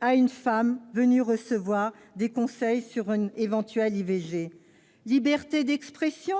à une femme venue recevoir des conseils pour une éventuelle IVG. Liberté d'expression ?